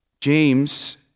James